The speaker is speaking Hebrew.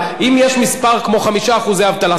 אם יש מספר כמו 5% אבטלה,